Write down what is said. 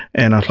and i